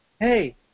hey